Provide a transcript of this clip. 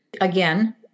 again